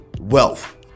wealth